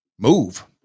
Move